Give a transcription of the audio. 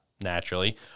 naturally